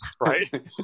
right